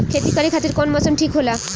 खेती करे खातिर कौन मौसम ठीक होला?